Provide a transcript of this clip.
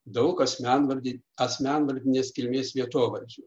daug asmenvardi asmenvardinės kilmės vietovardžių